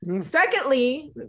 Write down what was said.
secondly